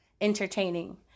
entertaining